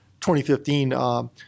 2015